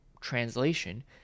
translation